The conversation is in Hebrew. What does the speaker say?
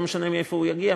לא משנה מאיפה הוא יגיע,